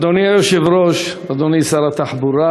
אדוני היושב-ראש, אדוני שר התחבורה,